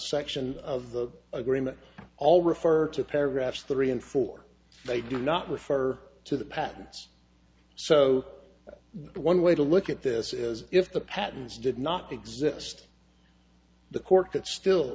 section of the agreement all refer to paragraph three and four they do not refer to the patents so one way to look at this is if the patents did not exist the court could still